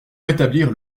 rétablir